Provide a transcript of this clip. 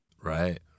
Right